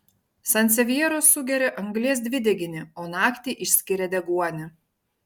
sansevjeros sugeria anglies dvideginį o naktį išskiria deguonį